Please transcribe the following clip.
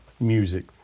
music